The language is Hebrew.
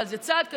אבל זה צעד קטן,